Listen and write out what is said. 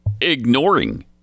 ignoring